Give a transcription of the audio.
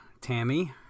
Tammy